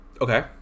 Okay